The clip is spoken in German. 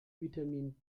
vitamin